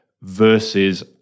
versus